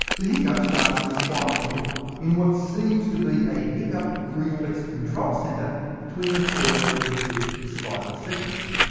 the hiccup starts in the spinal cord in what seems to be a hiccup reflex control centre between the third and fifth cervical segments.